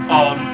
on